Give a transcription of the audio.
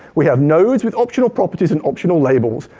we have nodes with optional properties and optional labels.